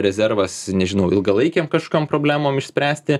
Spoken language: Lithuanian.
rezervas nežinau ilgalaikėm kažkokiom problemom išspręsti